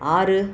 ஆறு